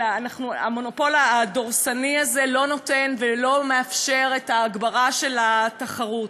המונופול הדורסני הזה לא נותן ולא מאפשר את ההגברה של התחרות.